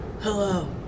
Hello